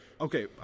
Okay